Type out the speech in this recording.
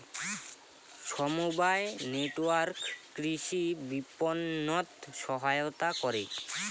সমবায় নেটওয়ার্ক কৃষি বিপণনত সহায়তা করে